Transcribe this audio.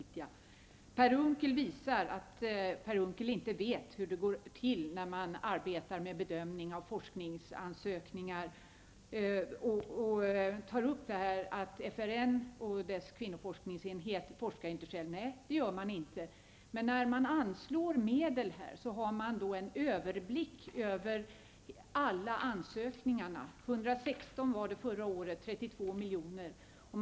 Herr talman! Jag har fått veta att jag skall sitta ner i bänken när jag talar, annars blir det problem för Per Unckel visar att han inte vet hur det går till när man arbetar med bedömning av forskningsansökningar. Han menar att FRN och dess kvinnoforskningsenhet inte forskar själv. Nej, det gör man inte, men när man anslår medel har man en överblick över alla ansökningarna. Det var 116 förra året, och det gällde 32 milj.kr.